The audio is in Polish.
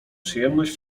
przyjemność